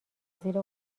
زیر